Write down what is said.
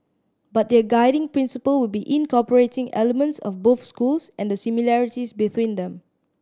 but their guiding principle will be incorporating elements of both schools and the similarities between them